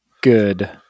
good